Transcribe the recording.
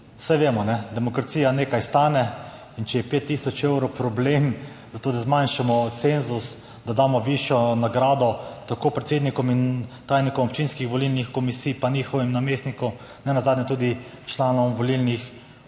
Saj vemo, demokracija nekaj stane, in če je 5 tisoč evrov problem, zato da zmanjšamo cenzus, da damo višjo nagrado predsednikom in tajnikom občinskih volilnih komisij pa njihovim namestnikom, nenazadnje tudi članom volilnih